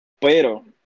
Pero